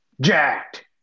Jacked